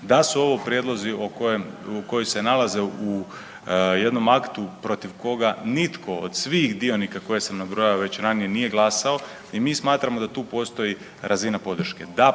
da su ovo prijedlozi koji se nalaze u jednom aktu protiv koga nitko od svih dionika koje sam nabrojao već ranije nije glasao i mi smatramo da tu postoji razina podrške.